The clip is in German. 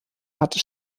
hatte